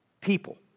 people